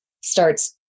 starts